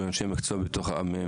אנשי מקצוע מהאוניברסיטאות?